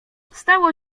stało